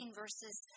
verses